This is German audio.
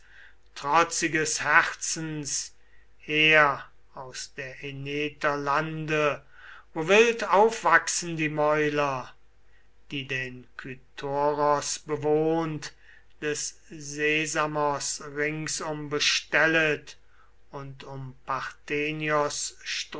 trotziges herzens her aus der eneter lande wo wild aufwachsen die mäuler die den kytoros bewohnt die sesamos ringsum bestellet und um